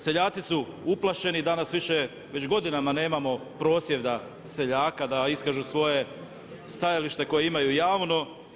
Seljaci su uplašeni, danas više već godinama nemamo prosvjeda seljaka da iskažu svoje stajalište koje imaju javno.